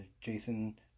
Jason